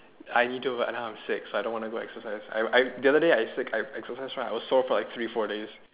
I need to but now I'm sick so I don't want to go exercise I I the other day I sick I exercise straight I sore for actually four days